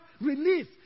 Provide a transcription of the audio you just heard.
release